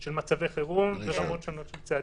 של מצבי חירום ורמות שונות של צעדים.